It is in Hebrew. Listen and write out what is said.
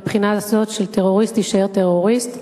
מהבחינה הזאת שטרוריסט יישאר טרוריסט,